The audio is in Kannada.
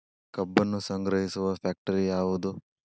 ಕಬ್ಬನ್ನು ಸಂಗ್ರಹಿಸುವ ಫ್ಯಾಕ್ಟರಿ ಯಾವದು?